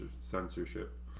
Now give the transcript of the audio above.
censorship